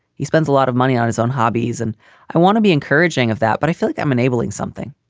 he spends a lot of money on his own hobbies and i want to be encouraging of that. but i feel like i'm enabling something.